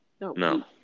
No